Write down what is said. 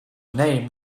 name